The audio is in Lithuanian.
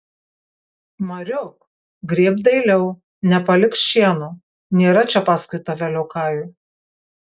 mariuk grėbk dailiau nepalik šieno nėra čia paskui tave liokajų